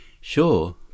Sure